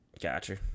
Gotcha